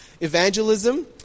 evangelism